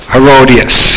Herodias